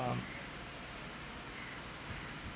um